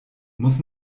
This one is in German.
muss